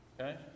Okay